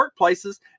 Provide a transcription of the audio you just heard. workplaces